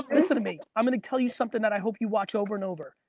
listen to me. i'm gonna tell you something that i hope you watch over and over.